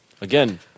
again